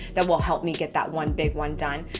that will help me get that one big one done.